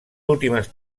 últimes